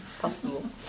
Possible